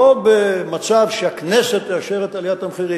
לא במצב שהכנסת תאשר את עליית המחירים.